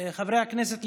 חברי הכנסת,